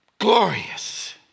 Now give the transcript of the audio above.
Glorious